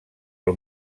del